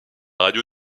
radio